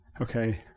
Okay